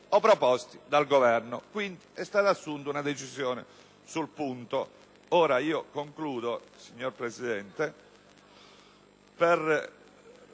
o proposti dal Governo». Quindi è stata assunta una decisione sul punto. Concludo, signora Presidente,